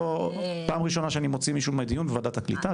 פעם ראשונה שאני מוציא מהדיון בוועדת הקליטה.